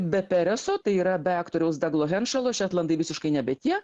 be pereso tai yra be aktoriaus daglo henšalo šetlandai visiškai nebe tie